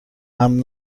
امن